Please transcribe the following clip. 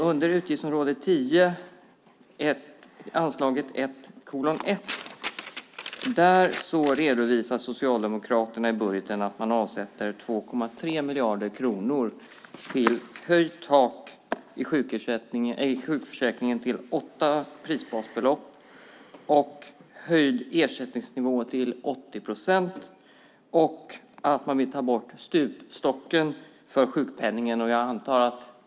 Under utgiftsområde 10, anslaget 1:1, i budgeten redovisar Socialdemokraterna att de avsätter 2,3 miljarder kronor till höjt tak i sjukförsäkringen till åtta prisbasbelopp, till höjd ersättningsnivå till 80 procent och att man vill ta bort stupstocken för sjukpenningen.